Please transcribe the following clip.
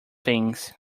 things